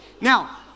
Now